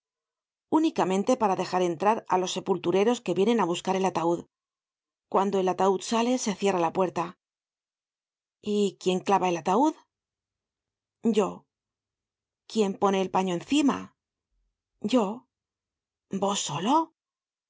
unicamente para dejar entrar á los sepultureros que vienen á buscar el ataud cuando el ataud sale se cierra la puerta quién clava el ataud yo quién pone el paño encima yo vos solo